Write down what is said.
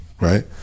Right